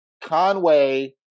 Conway